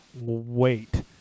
wait